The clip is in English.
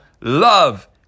love